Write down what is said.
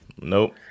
Nope